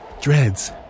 dreads